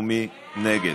מי נגד?